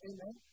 Amen